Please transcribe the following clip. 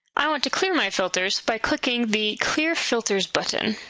i want to clear my filters by clicking the clear filters button.